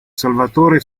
salvatore